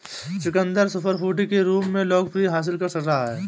चुकंदर सुपरफूड के रूप में लोकप्रियता हासिल कर रहा है